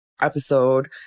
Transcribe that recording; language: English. episode